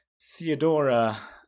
Theodora